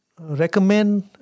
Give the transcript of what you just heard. recommend